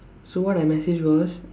so what I messaged was